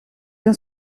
bien